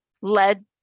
led